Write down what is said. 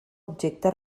objecte